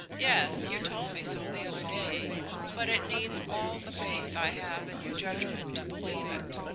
yes you told me so the other day but it needs all the faith i have in your judgment to believe it.